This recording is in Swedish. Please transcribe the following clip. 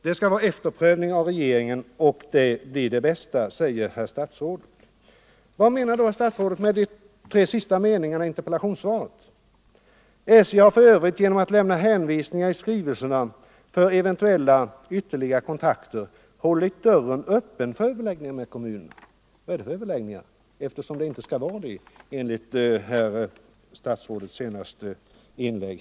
Det skall vara efterprövning av regeringen — det blir det bästa säger herr statsrådet. Vad menar herr statsrådet då med den sista meningen i interpellationssvaret: ”SJ har för övrigt genom att lämna hänvisningar i skrivelserna för eventuella ytterligare kontakter hållit dörren öppen för överläggningar med kommunerna.” Vad är det för överläggningar? Det skall ju inte vara några överläggningar enligt herr statsrådets senaste inlägg.